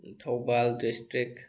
Thoubal district